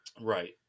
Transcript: Right